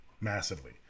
Massively